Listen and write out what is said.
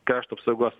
krašto apsaugos